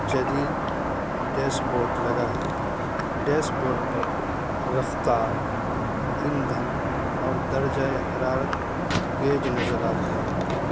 جدید dashboard لگا ہے ڈیش بورڈ پر رفتار ایندھن اور درجۂ حرارت گیج نظر آتے ہیں